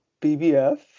BBF